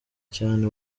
cyane